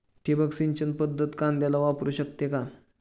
ठिबक सिंचन पद्धत कांद्याला वापरू शकते का?